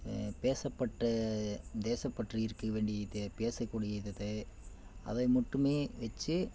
பேசப்பற்று தேசப்பற்று இருக்க வேண்டியது பேசக்கூடியது அதை மட்டுமே வச்சு